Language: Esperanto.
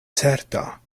certa